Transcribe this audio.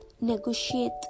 negotiate